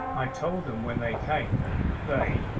i told them when they came that they,